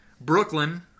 Brooklyn